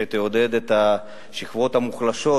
שתעודד את השכבות המוחלשות,